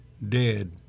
Dead